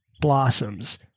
blossoms